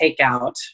takeout